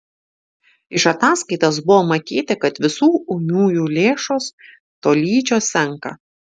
iš ataskaitos buvo matyti kad visų ūmiųjų lėšos tolydžio senka